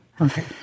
Okay